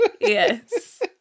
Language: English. Yes